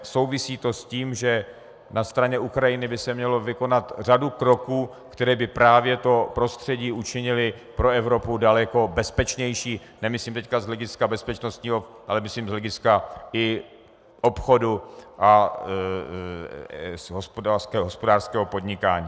Souvisí to s tím, že na straně Ukrajiny by se měla vykonat řada kroků, které by právě to prostředí učinily pro Evropu daleko bezpečnější nemyslím teď z hlediska bezpečnostního, ale myslím z hlediska i obchodu a hospodářského podnikání.